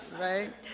Right